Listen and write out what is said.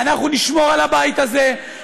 אנחנו נשמור על הבית הזה,